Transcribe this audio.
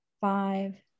five